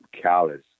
callous